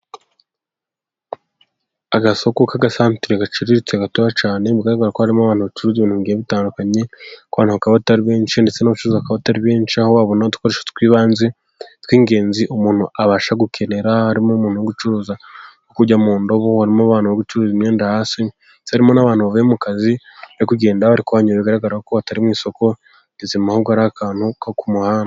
Agasoko k'agasantere gaciriritse gato cyane bigaragara ko harimo abantu bacuruza ibintu bigiye bitandukanye, ariko abantu bakaba atari benshi ndetse n'abucuruzi akaba atari benshi, aho babona udukoresho tw'ibanze, tw'ingenzi umuntu abasha gukenera, harimo umuntu wo gucuruza ibyo kujya mu ndobo harimo abantu bari gucuruza imyenda hasi, ndetse harimo n'abantu bavuye mu kazi bari kugenda ariko bigaragara ko atari mu isoko rizima ahubwo ari akantu ko muhanda.